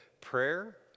prayer